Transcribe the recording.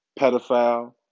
pedophile